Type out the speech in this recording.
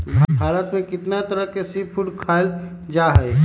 भारत में कितना तरह के सी फूड खाल जा हई